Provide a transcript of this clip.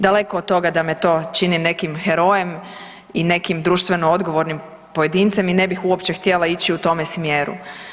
Daleko od toga da me to čini nekim herojem i nekim društveno odgovornim pojedincem i ne bih uopće htjela ići u tome smjeru.